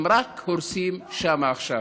הם רק הורסים שם עכשיו.